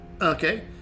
Okay